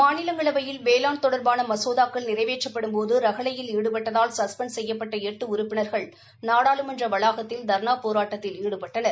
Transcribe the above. மாநிலங்களவையில் வேளாண் தொடர்பாக மசோதாக்கள் நிறைவேற்றப்படும்போது ரகளையில் ஈடுபட்டதால் சஸ்பெண்ட் செய்யப்பட்ட எட்டு உறுப்பினர்கள் நாடாளுமன்ற வளாகத்தில் தர்ணா போராட்டத்தில் ஈடுபட்டனர்